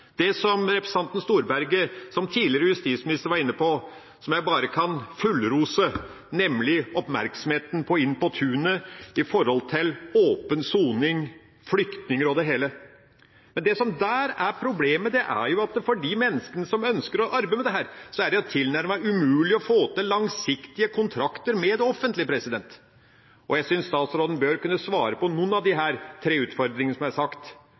til det representanten Storberget, tidligere justisminister, var inne på, og som jeg bare kan fullrose, nemlig oppmerksomheten mot «Inn på tunet» med tanke på åpen soning, flyktninger og det hele. Det som der er problemet, er at for de menneskene som ønsker å arbeide med dette, er det tilnærmet umulig å få til langsiktige kontrakter med det offentlige. Jeg synes statsråden bør kunne svare på noen av disse tre utfordringene som er